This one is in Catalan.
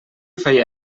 feia